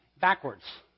backwards